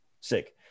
Sick